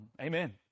Amen